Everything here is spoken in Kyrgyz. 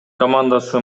командасы